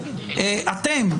אתם,